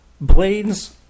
blades